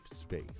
space